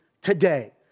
today